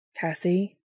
Cassie